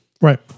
Right